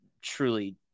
truly